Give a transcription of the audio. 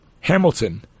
Hamilton